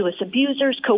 abusers